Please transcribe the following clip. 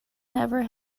never